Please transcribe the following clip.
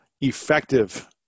effective